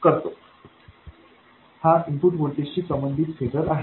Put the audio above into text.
हा input voltage शी संबंधित फेजर आहे